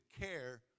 care